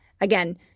Again